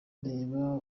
reba